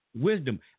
wisdom